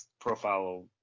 profile